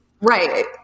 right